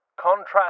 Contrast